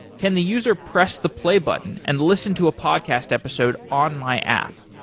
can the user press the play button and listen to a podcast episode on my app?